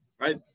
right